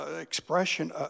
expression